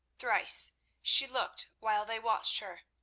thrice she looked while they watched her,